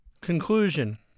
Conclusion